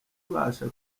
ibasha